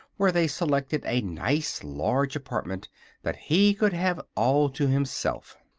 where they selected a nice large apartment that he could have all to himself.